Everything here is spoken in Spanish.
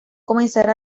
comenzar